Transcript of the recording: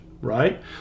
right